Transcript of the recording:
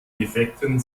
defekten